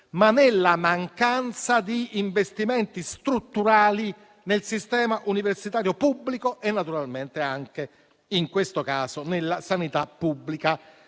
ma nella mancanza di investimenti strutturali nel sistema universitario pubblico e naturalmente anche, in questo caso, nella sanità pubblica.